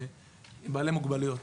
ובעלי מוגבלויות.